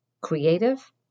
creative